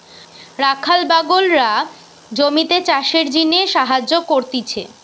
রাখাল বাগলরা জমিতে চাষের জিনে সাহায্য করতিছে